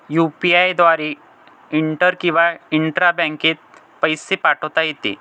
UPI द्वारे inter किंवा intra बँकेत पैसे पाठवता येते